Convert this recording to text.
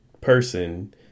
person